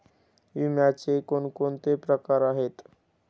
विम्याचे कोणकोणते प्रकार आहेत?